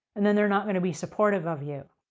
and then they're not going to be supportive of you.